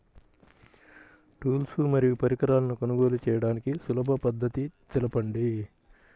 Tools మరియు పరికరాలను కొనుగోలు చేయడానికి సులభ పద్దతి తెలపండి?